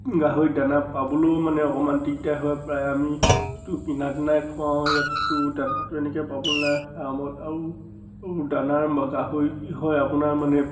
গাহৰি দানা পাবলৈয়ো মানে অকণমান দিগদাৰ হয় প্ৰায় আমিতো কিনাত নাই খুৱাওঁ ইয়াতটো দানাটো এনেকৈ পাবলৈ নাই ফাৰ্মত আৰু দানাৰ বা গাহৰি কি হয় আপোনাৰ মানে